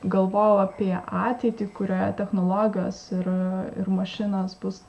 galvojau apie ateitį kurioje technologijos ir ir mašinos bus